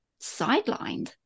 sidelined